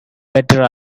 better